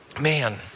man